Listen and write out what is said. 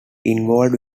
involved